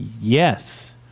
Yes